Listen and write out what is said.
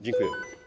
Dziękuję.